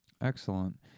Excellent